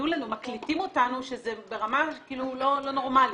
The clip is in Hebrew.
מקליטים אותנו, שזה ברמה לא נורמלית.